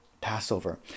Passover